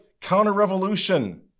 counter-revolution